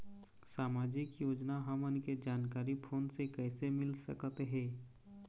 सामाजिक योजना हमन के जानकारी फोन से कइसे मिल सकत हे?